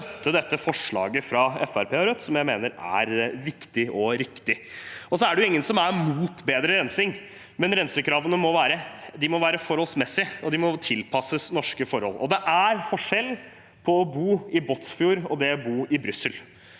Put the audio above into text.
Fremskrittspartiet og Rødt, som jeg mener er viktig og riktig. Det er ingen som er imot bedre rensing, men rensekravene må være forholdsmessige, og de må tilpasses norske forhold. Det er forskjell på å bo i Båtsfjord og i Brussel.